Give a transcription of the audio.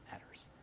matters